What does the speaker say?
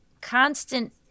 constant